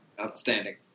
Outstanding